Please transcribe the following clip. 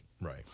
Right